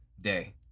day